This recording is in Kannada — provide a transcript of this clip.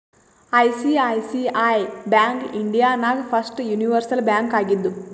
ಐ.ಸಿ.ಐ.ಸಿ.ಐ ಬ್ಯಾಂಕ್ ಇಂಡಿಯಾ ನಾಗ್ ಫಸ್ಟ್ ಯೂನಿವರ್ಸಲ್ ಬ್ಯಾಂಕ್ ಆಗಿದ್ದು